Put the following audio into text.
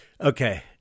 Okay